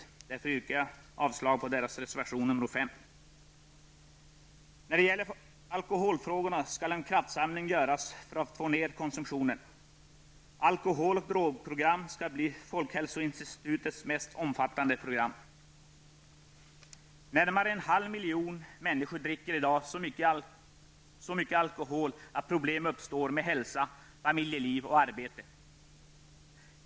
Jag yrkar därför avslag på deras reservation 5. När det gäller alkoholfrågorna skall en kraftsamling göras för att få ner konsumtionen. Alkohol och drogprogram skall bli folkhälsoinstitutets mest omfattande program. Närmare en halv miljon människor dricker i dag så mycket alkohol att problem uppstår med hälsa, familjeliv och arbete.